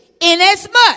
inasmuch